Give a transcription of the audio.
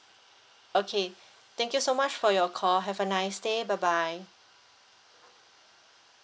okay thank you so much for your call have a nice day bye bye